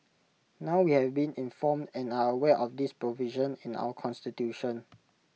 now we have been informed and are aware of this provision in our Constitution